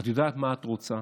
את יודעת מה את רוצה,